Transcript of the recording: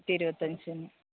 ഇരുപത്തി അഞ്ച് തന്നെ